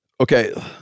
okay